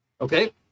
okay